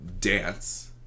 dance